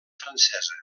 francesa